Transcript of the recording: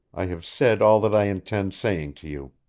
i have said all that i intend saying to you.